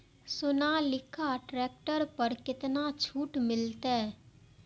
Sonalika tractor पर केतना छूट मिलते?